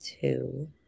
two